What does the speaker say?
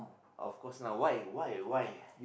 of course lah why why why